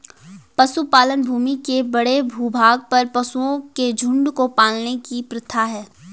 पशुपालन भूमि के बड़े भूभाग पर पशुओं के झुंड को पालने की प्रथा है